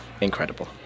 incredible